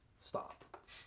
stop